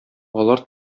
алар